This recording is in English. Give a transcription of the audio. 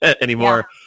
anymore